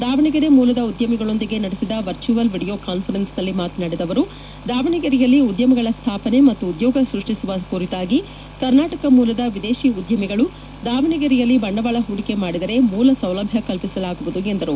ದಾವಣಗೆರೆ ಮೂಲದ ಉದ್ಯಮಿಗಳೊಂದಿಗೆ ನಡೆಸಿದ ವರ್ಚುವಲ್ ವೀಡಿಯೋ ಕಾನ್ಸರೆನ್ಸ್ ನಲ್ಲಿ ಮಾತನಾಡಿದ ಅವರು ದಾವಣಗೆರೆಯಲ್ಲಿ ಉದ್ಯಮಗಳ ಸ್ಥಾಪನೆ ಮತ್ತು ಉದ್ಯೊಗ ಸೃಷ್ಠಿಸುವ ಕುರಿತಾಗಿ ಕರ್ನಾಟಕ ಮೂಲದ ವಿದೇಶಿ ಉದ್ಹಮಿಗಳು ದಾವಣಗೆರೆಯಲ್ಲಿ ಬಂಡವಾಳ ಹೂಡಿಕೆ ಮಾಡಿದರೆ ಮೂಲಸೌಲಭ್ಹ ಕಲ್ಪಿಸಲಾವುದು ಎಂದರು